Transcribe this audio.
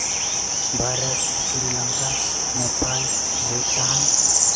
Bharat Sri Lanka Nepal Bhutan